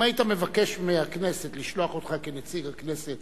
אם היית מבקש מהכנסת לשלוח אותך כנציג הכנסת